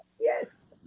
Yes